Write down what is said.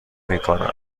میکنم